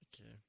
Okay